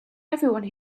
everyone